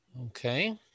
Okay